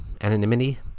anonymity